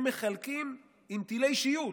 הם מחלקים עם טילי שיוט,